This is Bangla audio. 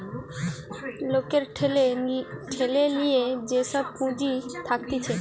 লোকের ঠেলে লিয়ে যে সব পুঁজি থাকতিছে